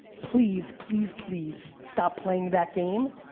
please, please, please, stop playing that game,